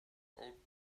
old